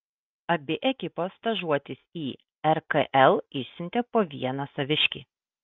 abi ekipos stažuotis į rkl išsiuntė po vieną saviškį